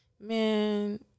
man